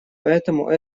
поэтому